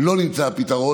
לא נמצא הפתרון,